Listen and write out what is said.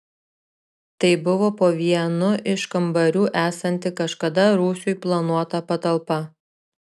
tai buvo po vienu iš kambarių esanti kažkada rūsiui planuota patalpa